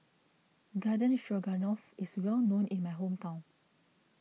Garden Stroganoff is well known in my hometown